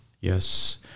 Yes